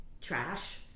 trash